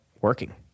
working